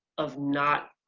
of not.